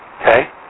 Okay